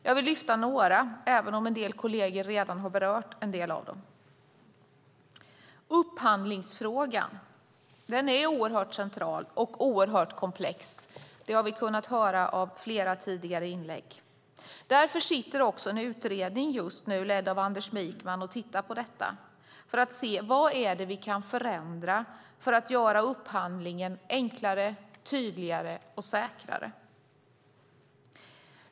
Jag vill lyfta fram några, även om mina kolleger redan har berört en del av dem. Upphandlingsfrågan är oerhört central och oerhört komplex. Det har vi kunnat höra i flera tidigare inlägg. Därför sitter också en utredning ledd av Anders Wijkman just nu och tittar på detta för att se vad vi kan förändra för att göra upphandlingen enklare, tydligare och säkrare.